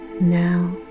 Now